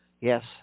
Yes